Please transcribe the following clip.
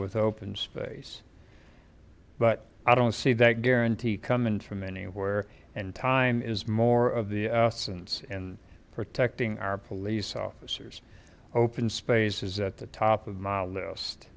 with open space but i don't see that guarantee coming from anywhere and time is more of the sins and protecting our police officers open spaces at the top of my list